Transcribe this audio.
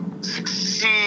succeed